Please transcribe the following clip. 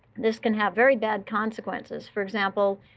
this can have very bad consequences. for example,